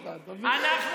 הוא מזמין אותך, אתה מבין?